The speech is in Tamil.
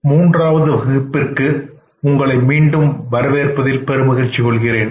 மூன்றாவது வகுப்பிற்கு உங்களை மீண்டும் வரவேற்பதில் பெருமகிழ்ச்சி கொள்கிறேன்